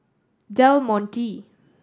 Del Monte